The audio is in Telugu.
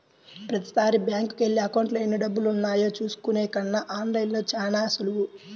ప్రతీసారీ బ్యేంకుకెళ్ళి అకౌంట్లో ఎన్నిడబ్బులున్నాయో చూసుకునే కన్నా ఆన్ లైన్లో చానా సులువు